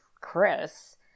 Chris